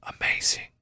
amazing